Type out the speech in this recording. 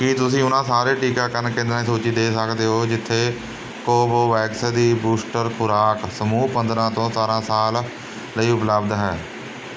ਕੀ ਤੁਸੀਂ ਉਹਨਾਂ ਸਾਰੇ ਟੀਕਾਕਰਨ ਕੇਂਦਰਾਂ ਦੀ ਸੂਚੀ ਦੇ ਸਕਦੇ ਹੋ ਜਿੱਥੇ ਕੋਵੋਵੈਕਸ ਦੀ ਬੂਸਟਰ ਖੁਰਾਕ ਸਮੂਹ ਪੰਦਰਾਂ ਤੋਂ ਸਤਾਰਾਂ ਸਾਲ ਲਈ ਉਪਲਬਧ ਹੈ